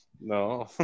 No